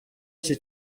iki